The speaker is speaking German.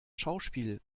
schauspiel